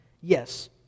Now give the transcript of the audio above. yes